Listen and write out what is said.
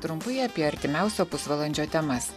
trumpai apie artimiausio pusvalandžio temas